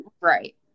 Right